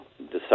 decide